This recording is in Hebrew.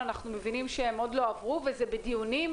אנחנו מבינים שהם עוד לא הועברו וזה בדיונים.